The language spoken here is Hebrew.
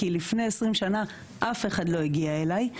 כי לפני 20 שנה אף אחד לא הגיע אליי.